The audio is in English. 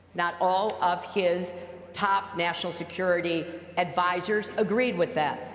not all of his top national security advisors agreed with that.